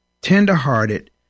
tenderhearted